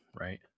right